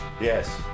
yes